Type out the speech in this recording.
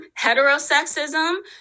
heterosexism